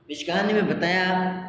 इस कहानी में बताया